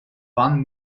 wann